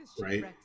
right